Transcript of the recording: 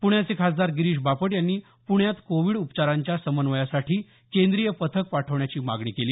प्ण्याचे खासदार गिरीश बापट यांनी प्ण्यात कोविड उपचारांच्या समन्वयासाठी केंद्रीय पथक पाठवण्याची मागणी केली